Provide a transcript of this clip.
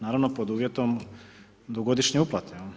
Naravno pod uvjetom dugogodišnje uplate.